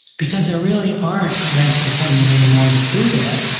because there really aren't master penmen anymore that do that.